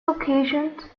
occasions